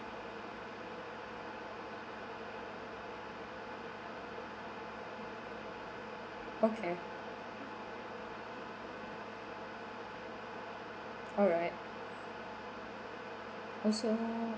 okay alright oh so